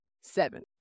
seven